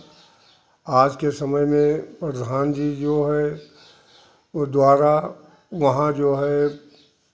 आज के समय में प्रधान जी जो हैं वह द्वारा वहाँ जो है